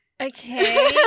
Okay